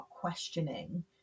questioning